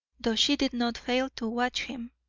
though she did not fail to watch him,